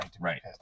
right